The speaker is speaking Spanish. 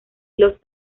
los